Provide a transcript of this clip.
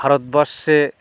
ভারতবর্ষে